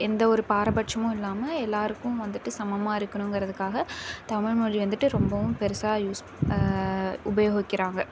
எந்த ஒரு பாரபட்சமும் இல்லாமல் எல்லாருக்கும் வந்துவிட்டு சமமாக இருக்கணுங்கிறதுக்காக தமிழ்மொலி வந்துவிட்டு ரொம்பவும் பெருசாக யூஸ் உபயோகிக்கிறாங்க